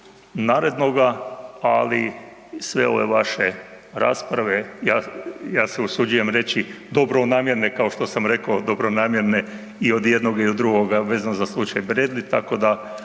narednoga ali sve ove vaše rasprave, ja se usuđujem reći dobronamjerno, kao što sam rekao dobronamjerne i od jednog i od drugoga, vezan za slučaj Bradley, tako da